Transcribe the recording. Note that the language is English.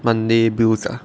monday blues ah